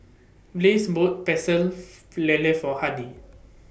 Blaze bought Pecel For Lele For Hardy